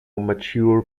mature